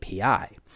API